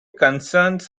concerns